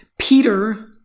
Peter